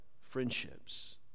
friendships